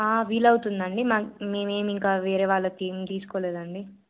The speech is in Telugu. వీలవుతుందండి మా మేమేమి ఇంకా వేరే వాళ్ళకి ఏం తీసుకోలేదండి